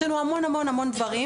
יש לנו המון המון דברים.